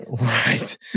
Right